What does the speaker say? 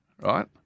right